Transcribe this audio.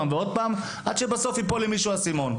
עד שבסוף ייפול למישהו האסימון.